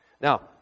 Now